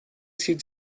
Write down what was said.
sieht